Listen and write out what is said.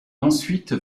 ensuite